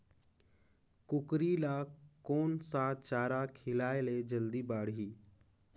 कूकरी ल कोन सा चारा खिलाय ल जल्दी बाड़ही?